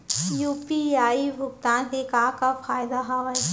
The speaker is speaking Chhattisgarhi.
यू.पी.आई भुगतान के का का फायदा हावे?